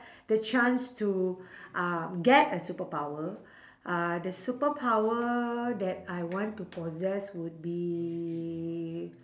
the chance to uh get a superpower uh the superpower that I want to possess would be